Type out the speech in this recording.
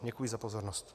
Děkuji za pozornost.